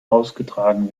ausgetragen